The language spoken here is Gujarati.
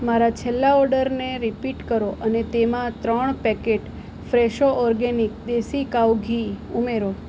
મારા છેલ્લા ઓડરને રિપીટ કરો અને તેમાં ત્રણ packet Fresho organic desi cow ghee ઉમેરો